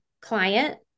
client